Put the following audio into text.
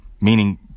meaning